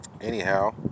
Anyhow